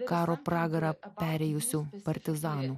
karo pragarą perėjusių partizanių